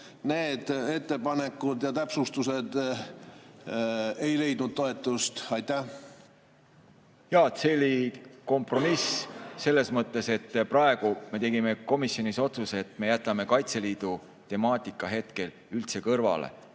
need ettepanekud ja täpsustused ei leidnud toetust? Jaa. See oli kompromiss selles mõttes, et praegu me tegime komisjonis otsuse, et me jätame Kaitseliidu temaatika hetkel üldse kõrvale,